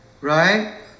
right